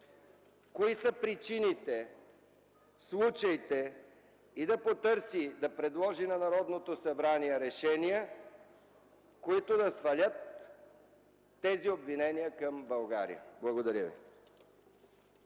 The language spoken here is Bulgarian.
кои са причините, случаите и да потърси, да предложи на Народното събрание решения, които да свалят тези обвинения към България. Благодаря Ви.